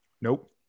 nope